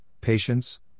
patience